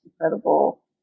incredible